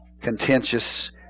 Contentious